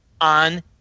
on